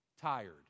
tired